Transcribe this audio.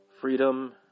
Freedom